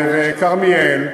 כרמיאל,